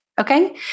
Okay